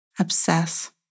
obsess